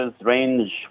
range